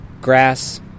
Grass